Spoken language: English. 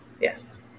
Yes